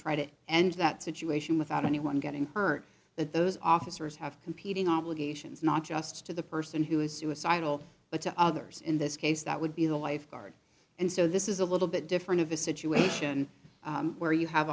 try to end that situation without anyone getting hurt that those officers have competing obligations not just to the person who is suicidal but to others in this case that would be the life guard and so this is a little bit different of a situation where you have